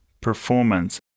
performance